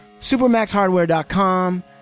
Supermaxhardware.com